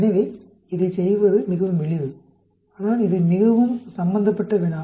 எனவே இதைச் செய்வது மிகவும் எளிது ஆனால் இது மிகவும் சம்பந்தப்பட்ட வினா